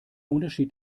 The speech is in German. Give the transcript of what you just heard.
unterschied